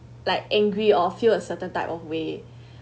like angry or feel a certain type of way